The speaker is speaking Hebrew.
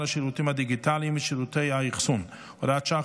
השירותים הדיגיטליים ושירותי האחסון (הוראת שעה,